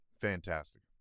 fantastic